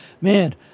man